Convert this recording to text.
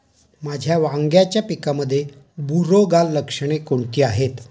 माझ्या वांग्याच्या पिकामध्ये बुरोगाल लक्षणे कोणती आहेत?